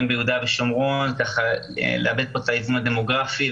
ביהודה ושומרון ואיבוד של האיזון הדמוגרפי,